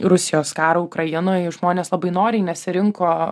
rusijos karo ukrainoje žmonės labai noriai nesirinko